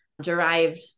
derived